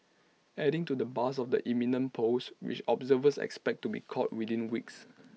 adding to the buzz of the imminent polls which observers expect to be called within weeks